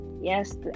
yes